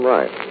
Right